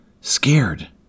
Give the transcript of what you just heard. scared